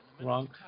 Wrong